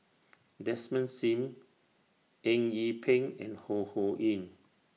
Desmond SIM Eng Yee Peng and Ho Ho Ying